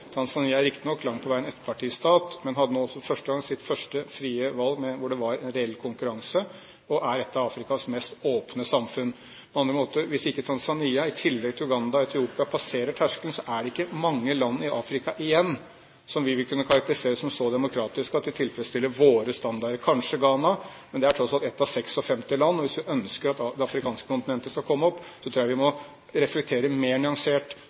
er riktignok langt på vei en ettpartistat, men hadde nå for første gang sitt frie valg med reell konkurranse og er ett av Afrikas mest åpne samfunn på mange måter. Hvis ikke Tanzania, i tillegg til Uganda og Etiopia, passerer terskelen, er det ikke mange land i Afrika igjen som vi vil kunne karakterisere som så demokratiske at de tilfredsstiller våre standarder – kanskje Ghana, men det er tross alt ett av 56 land. Hvis vi ønsker at det afrikanske kontinentet skal komme opp, tror jeg vi må reflektere mer nyansert